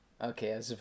Okay